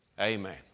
Amen